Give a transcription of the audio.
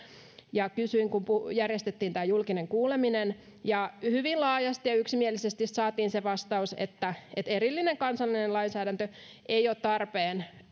ja kysyin kun järjestettiin tämä julkinen kuuleminen hyvin laajasti ja yksimielisesti saatiin se vastaus että että erillinen kansallinen lainsäädäntö ei ole tarpeen